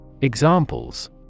Examples